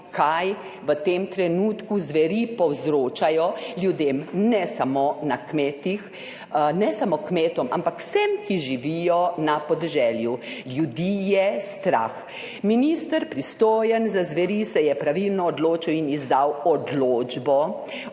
kaj v tem trenutku zveri povzročajo ljudem, ne samo kmetom, ampak vsem, ki živijo na podeželju. Ljudi je strah. Minister, pristojen za zveri, se je pravilno odločil in izdal odločbo